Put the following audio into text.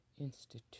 Institute